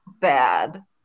bad